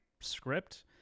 script